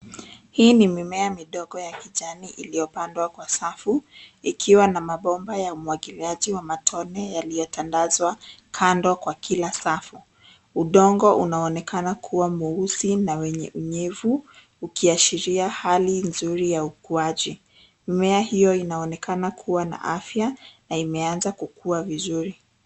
Hii ni mimea midogo ya kijani iliyopandwa kwa safu ikiwa na mabomba ya umwagiliaji wa matone yaliyotandazwa kando kwa kila safu. Udongo unaonekana kuwa mweusi na wenye unyevu ukiashiria hali nzuri ya ukuaji. Mimea hiyo inaonekana kuwa na afya na imeanza kukua vizuri.